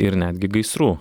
ir netgi gaisrų